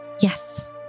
Yes